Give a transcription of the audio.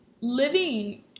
living